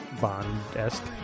Bond-esque